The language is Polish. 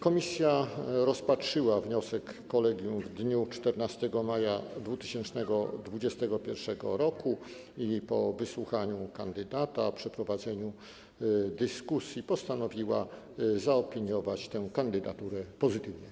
Komisja rozpatrzyła wniosek kolegium w dniu 14 maja 2021 r. i po wysłuchaniu kandydata i przeprowadzeniu dyskusji postanowiła zaopiniować tę kandydaturę pozytywnie.